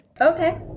okay